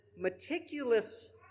meticulous